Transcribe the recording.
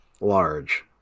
large